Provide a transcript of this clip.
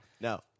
No